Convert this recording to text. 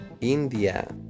India